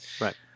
Right